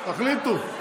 תחליטו.